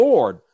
Lord